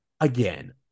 again